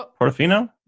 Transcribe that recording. Portofino